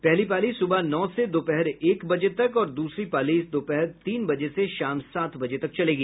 पहली पाली सुबह नौ से दोपहर एक बजे तक और द्रसरी पाली दोपहर तीन बजे से शाम सात बजे तक चलेगी